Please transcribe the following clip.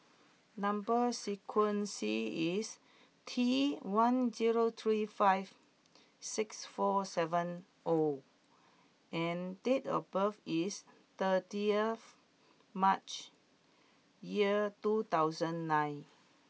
number sequence is T one zero three five six four seven O and date of birth is thirty earth March ear two thousand nine